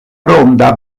ronda